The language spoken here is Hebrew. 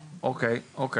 אוקי.